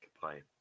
Goodbye